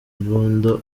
imbunda